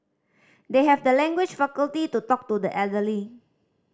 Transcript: they have the language faculty to talk to the elderly